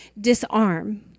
disarm